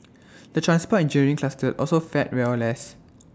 the transport engineering cluster also fared well less